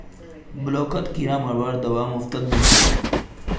ब्लॉकत किरा मरवार दवा मुफ्तत मिल छेक